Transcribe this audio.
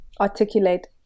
articulate